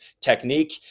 technique